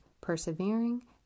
persevering